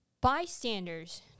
bystanders